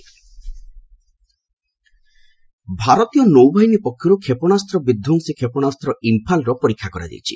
ଲାନ୍ବା ନାଭି ଭାରତୀୟ ନୌବାହିନୀ ପକ୍ଷରୁ କ୍ଷେପଣାସ୍ତ୍ର ବିଧ୍ୱସ୍ତୀ କ୍ଷେପଣାସ୍ତ୍ର 'ଇମ୍ଫାଲ'ର ପରୀକ୍ଷା କରାଯାଇଛି